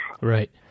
Right